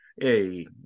hey